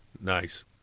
Nice